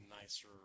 nicer